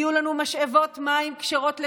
יהיו לנו משאבות מים כשרות לשבת.